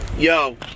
Yo